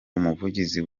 umuvugizi